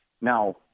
Now